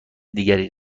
دیگری